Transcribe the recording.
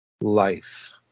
life